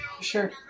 Sure